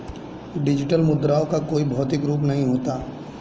digital मुद्राओं का कोई भौतिक रूप नहीं होता